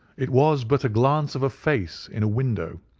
it was but a glance of a face in a window,